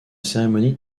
cérémonie